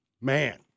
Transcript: Man